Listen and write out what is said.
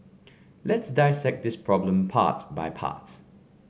let's dissect this problem part by part